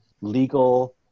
legal